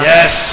Yes